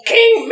King